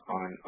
on